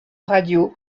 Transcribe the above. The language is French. radio